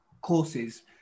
courses